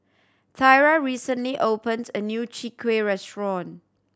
Thyra recently opened a new Chwee Kueh restaurant